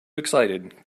excited